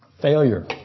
Failure